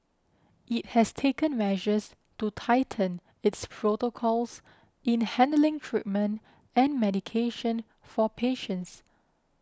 it has taken measures to tighten its protocols in handling treatment and medication for patients